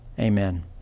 Amen